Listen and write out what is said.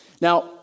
Now